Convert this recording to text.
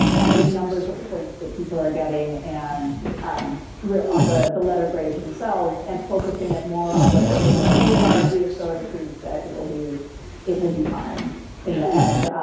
on the numbers of points that people are getting, and really on the the letter grades themselves and focusing it more on what your overall goals are, and reassuring students that it will be it will be fine in the end,